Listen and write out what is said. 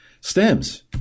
stems